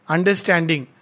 Understanding